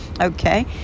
okay